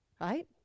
right